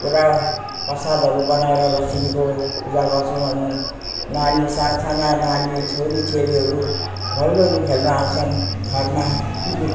पुरा प्रसादहरू बनाएर लक्ष्मीको पूजा गर्छौँ अनि नानी साना साना नानी छोरी चेलीहरू भैलेनी खेल्न आउँछन् घरमा तिनी